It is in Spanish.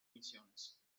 misiones